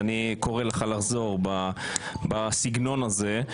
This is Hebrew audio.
אני קורא לך לחזור מהסגנון הזה.